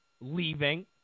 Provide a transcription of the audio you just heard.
leaving